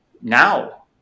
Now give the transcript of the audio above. now